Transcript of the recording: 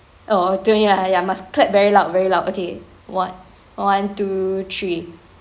oh ya ya must clap very loud very loud okay what one two three